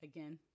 Again